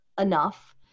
enough